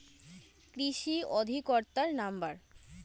কৃষি অধিকর্তার নাম্বার?